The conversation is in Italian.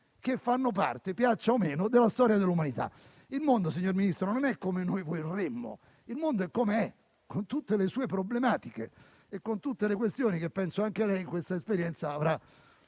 che fanno parte - piaccia o meno - della storia dell'umanità. Il mondo, signor Ministro, non è come noi vorremmo. Il mondo è com'è, con tutte le sue problematiche e con tutte le questioni che penso anche lei, in questa esperienza, avrà